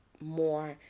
more